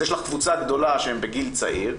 יש לך קבוצה גדולה שהם בגיל צעיר,